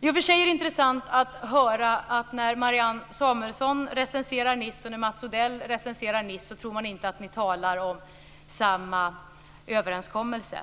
I och för sig är det intressant att höra att när Marianne Samuelsson och Mats Odell recenserar Nice tror man inte att ni talar om samma överenskommelse.